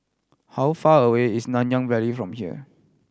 how far away is Nanyang Valley from here